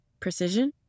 precision